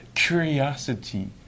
curiosity